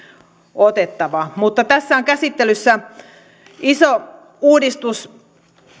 otettava mutta tässä on käsittelyssä iso uudistus